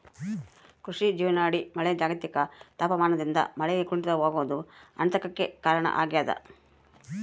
ಕೃಷಿಯ ಜೀವನಾಡಿ ಮಳೆ ಜಾಗತಿಕ ತಾಪಮಾನದಿಂದ ಮಳೆ ಕುಂಠಿತವಾಗೋದು ಆತಂಕಕ್ಕೆ ಕಾರಣ ಆಗ್ಯದ